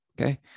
Okay